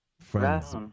Friends